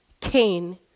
Cain